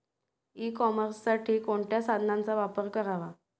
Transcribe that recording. E कॉमर्ससाठी कोणत्या साधनांचा वापर करावा?